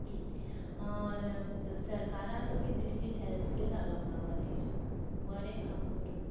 सरकारान बी तितली हॅल्प केलां लोकां खातीर बरें काम करूंक